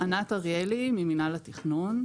ענת אריאלי ממינהל התכנון.